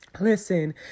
Listen